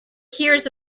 hears